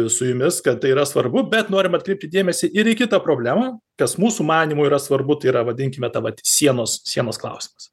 su jumis kad tai yra svarbu bet norim atkreipti dėmesį ir į kitą problemą kas mūsų manymu yra svarbu tai yra vadinkime ta vat sienos sienos klausimas